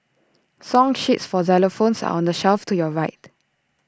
song sheets for xylophones are on the shelf to your right